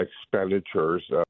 expenditures